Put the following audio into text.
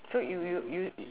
so you you you